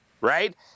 right